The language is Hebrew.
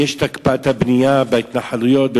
אם יש הקפאת בנייה בהתנחלויות,